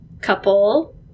couple-